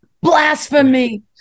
Blasphemy